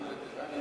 גם וטרנים